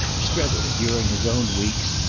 strether, during his own weeks,